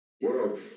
world